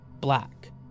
black